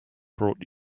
brought